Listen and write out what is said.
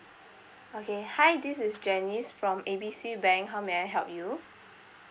okay hi this is janice from A B C bank how may I help you